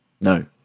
No